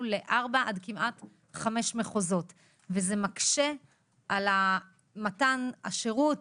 לארבע עד כמעט חמש מחוזות וזה מקשה על מתן השירות,